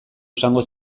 esango